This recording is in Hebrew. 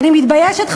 אני מתביישת,